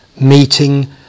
meeting